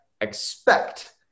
expect